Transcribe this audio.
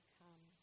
come